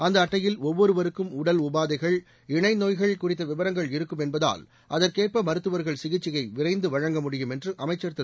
அந்த அட்டையில் ஒவ்வொருவருக்கும் உடல் உபாதைகள் இணை நோய்கள் குறித்த விவரங்கள் இருக்கும் என்பதால் அகுற்கேற்ப மருத்துவர்கள் சிகிச்சையை விரைந்து வழங்க முடியும் என்று அமைச்சர் திரு